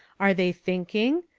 are they thinking?